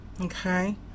Okay